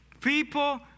people